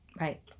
Right